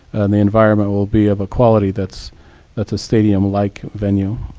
and the environment will be of a quality that's that's a stadium like venue.